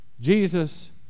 Jesus